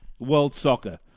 worldsoccer